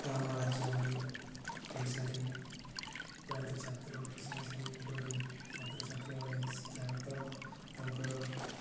ଆମ ରାଜ୍ୟ ଓଡ଼ିଆ ଓଡ଼ିଶାରେ ପ୍ରାୟତଃ ଛାତ୍ର ଦଶମ ଶ୍ରେଣୀ ପରେ ଛାତ୍ରଛାତ୍ରୀମାନେ ଶିକ୍ଷାଗତ ତାଙ୍କର